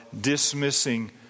dismissing